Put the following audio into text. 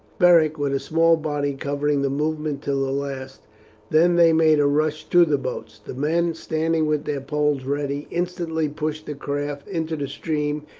beric with a small body covering the movement till the last then they made a rush to the boats the men, standing with their poles ready, instantly pushed the craft into the stream,